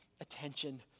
attention